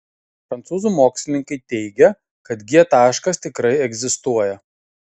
prancūzų mokslininkai teigia kad g taškas tikrai egzistuoja